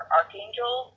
Archangel